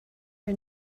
are